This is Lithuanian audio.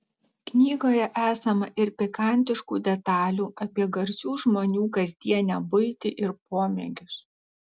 knygoje esama ir pikantiškų detalių apie garsių žmonių kasdienę buitį ir pomėgius